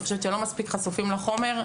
אני חושבת שלא מספיק חשופים לחומר.